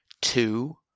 two